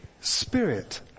spirit